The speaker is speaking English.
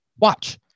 watch